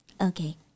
okay